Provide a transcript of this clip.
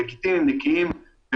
לגיטימיים בנקאיים,